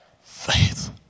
faith